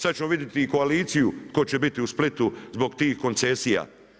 Sad ćemo vidjeti i koaliciju tko će biti u Splitu zbog tih koncesija.